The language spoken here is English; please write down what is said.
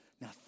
Now